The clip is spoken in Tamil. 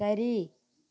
சரி